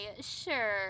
sure